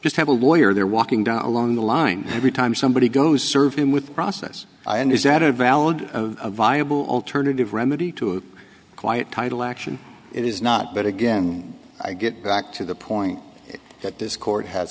just have a lawyer there walking down along the line every time somebody goes serve him with process and is that a valid viable alternative remedy to a quiet title action it is not but again i get back to the point that this court has